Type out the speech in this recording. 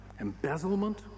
embezzlement